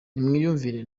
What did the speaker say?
nimwiyumvire